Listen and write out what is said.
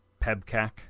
Pebcak